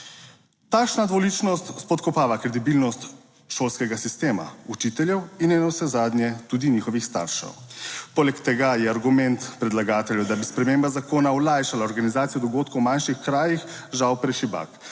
Takšna dvoličnost spodkopava kredibilnost šolskega sistema, učiteljev in navsezadnje tudi njihovih staršev. Poleg tega je argument predlagateljev, da bi sprememba zakona olajšala organizacijo dogodkov v manjših krajih, žal prešibak,